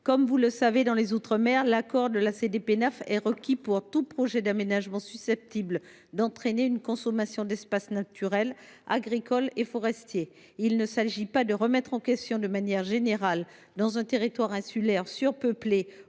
chers collègues, dans les outre mer, l’accord de la CDPENAF est requis pour tout projet d’aménagement susceptible d’entraîner une consommation d’espace naturel, agricole ou forestier. Il ne s’agit pas de remettre en question cette règle de manière générale, surtout dans un territoire insulaire surpeuplé,